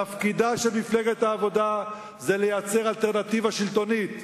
תפקידה של מפלגת העבודה זה לייצר אלטרנטיבה שלטונית,